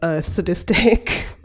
sadistic